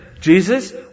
Jesus